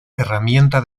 herramienta